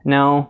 Now